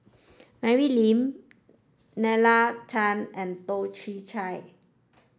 Mary Lim Nalla Tan and Toh Chin Chye